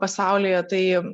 pasaulyje tai